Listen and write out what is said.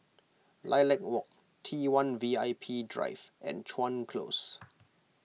Lilac Walk T one V I P Drive and Chuan Close